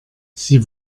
sie